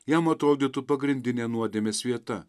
jam atrodytų pagrindinė nuodėmės vieta